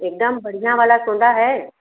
एक दम बढ़िया वाला सोना है